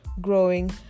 growing